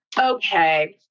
Okay